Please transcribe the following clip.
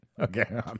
Okay